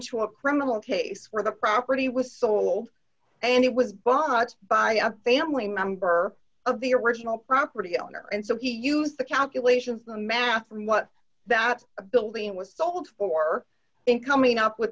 to a criminal case where the property was sold and it was bought by a family member of the original property owner and so he used the calculation of the math for what that building was sold for in coming up with